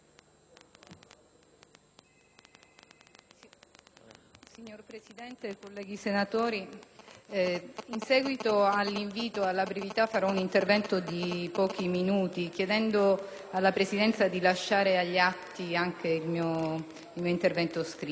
Signora Presidente, colleghi senatori, in seguito all'invito alla brevità, svolgerò un intervento di pochi minuti, chiedendo alla Presidenza di lasciare agli atti il mio testo scritto.